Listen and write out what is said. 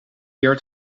zeer